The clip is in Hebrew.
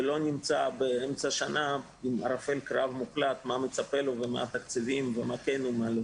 ולא נמצא באמצע שנה עם ערפל לגבי מה מצפה לו ומה התקציבים ועוד.